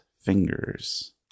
fingers